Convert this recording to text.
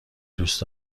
دوست